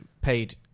paid